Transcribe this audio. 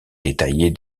détaillée